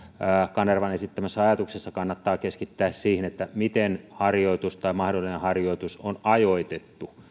kanervan esittämässä ajatuksessa kannattaa keskittää siihen miten mahdollinen harjoitus on ajoitettu